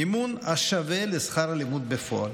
מימון השווה לשכר הלימוד בפועל.